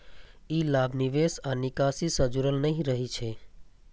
ई लाभ निवेश आ निकासी सं जुड़ल नहि रहै छै